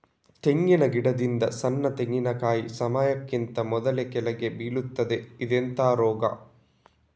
ತೆಂಗಿನ ಗಿಡದಿಂದ ಸಣ್ಣ ತೆಂಗಿನಕಾಯಿ ಸಮಯಕ್ಕಿಂತ ಮೊದಲೇ ಕೆಳಗೆ ಬೀಳುತ್ತದೆ ಇದೆಂತ ರೋಗ?